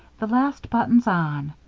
the last button's on.